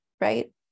right